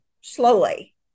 slowly